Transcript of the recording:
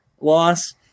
loss